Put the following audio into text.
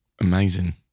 amazing